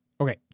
Okay